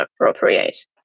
appropriate